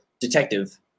detective –